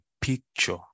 picture